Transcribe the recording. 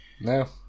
No